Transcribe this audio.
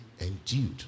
endued